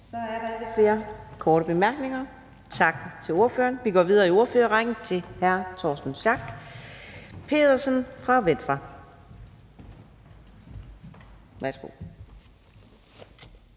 Så er der ikke flere korte bemærkninger. Tak til ordføreren. Vi går videre i ordførerrækken til hr. Torsten Schack Pedersen fra Venstre. Værsgo.